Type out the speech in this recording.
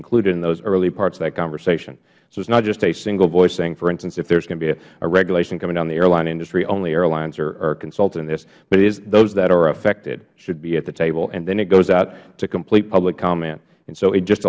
included in those early parts of that conversation so it is not just a single voice saying for instance if there is going to be a regulation coming down in the airline industry only airlines are consulted in this but it is those that are affected should be at the table and then it goes out to complete public comment so it just